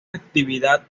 actividad